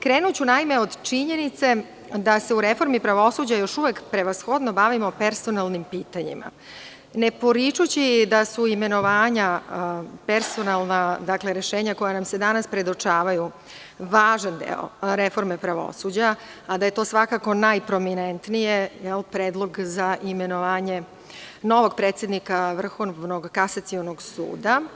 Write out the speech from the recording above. Krenuću od činjenice da se u reformi pravosuđa još uvek prevashodno bavimo personalnim pitanjima, ne poričući da su imenovanja i personalna rešenja koja nam se danas predočavaju važan deo reforme pravosuđa, a da je to svakako najprominentnije predlog za imenovanje novog predsednika Vrhovnog kasacionog suda.